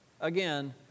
Again